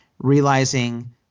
realizing